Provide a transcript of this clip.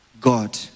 God